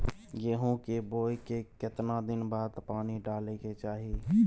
गेहूं के बोय के केतना दिन बाद पानी डालय के चाही?